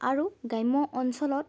আৰু গ্ৰাম্য অঞ্চলত